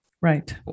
Right